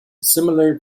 similar